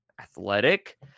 athletic